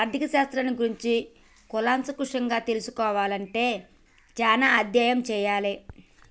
ఆర్ధిక శాస్త్రాన్ని గురించి కూలంకషంగా తెల్సుకోవాలే అంటే చానా అధ్యయనం చెయ్యాలే